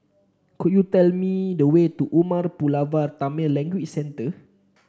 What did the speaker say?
could you tell me the way to Umar Pulavar Tamil Language Centre